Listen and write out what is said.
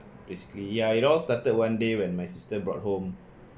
basically ya it all started one day when my sister brought home